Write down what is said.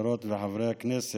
חברות וחברי הכנסת,